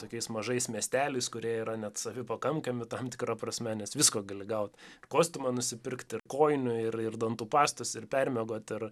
tokiais mažais miesteliais kurie yra net savipakankami tam tikra prasme nes visko gali gaut kostiumą nusipirkt ir kojinių ir ir dantų pastos ir permiegot ir